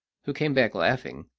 who came back laughing,